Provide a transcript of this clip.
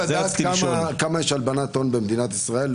כמה יש הלבנת הון במדינת ישראל?